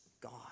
God